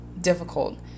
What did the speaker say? difficult